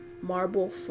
marble